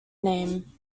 name